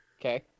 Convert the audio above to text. Okay